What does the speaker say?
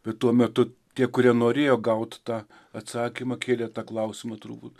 bet tuo metu tie kurie norėjo gaut tą atsakymą kėlė tą klausimą turbūt